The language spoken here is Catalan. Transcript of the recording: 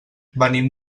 venim